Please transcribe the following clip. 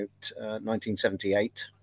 1978